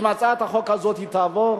אם הצעת החוק הזאת תעבור,